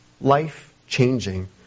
life-changing